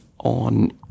on